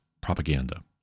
propaganda